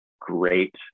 great